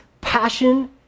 passion